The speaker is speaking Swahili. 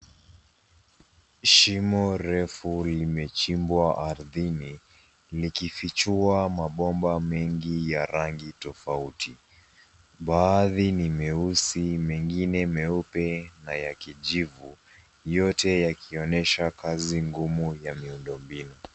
Shimo refu limechimbwa ardhini, likifichua mabomba mengi ya rangi tofauti. Baadhi ni meusi, mengine meupe na ya kijivu, yote yakionyesha kazi ngumu ya miundombinu.